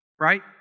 right